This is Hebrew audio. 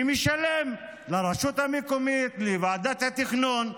והוא משלם לרשות המקומית ולוועדת התכנון,